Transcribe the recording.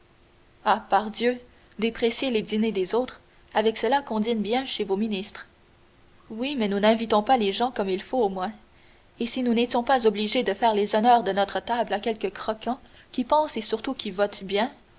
ah pardieu dépréciez les dîners des autres avec cela qu'on dîne bien chez vos ministres oui mais nous n'invitons pas les gens comme il faut au moins et si nous n'étions pas obligés de faire les honneurs de notre table à quelques croquants qui pensent et surtout qui votent bien